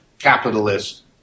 capitalist